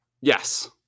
Yes